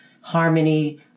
harmony